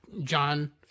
John